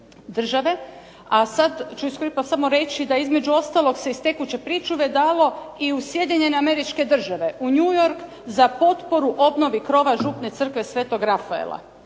A sad ću iskoristit pa samo reći da između ostalog se iz tekuće pričuve dalo i u Sjedinjene Američke Države, u New York za potporu obnovi krova Župne crkve Sv. Rafaela.